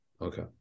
Okay